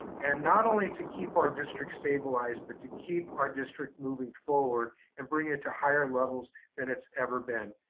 and not only to keep our district stabilized, but to keep our district moving forward and bring it to higher levels than it's ever been.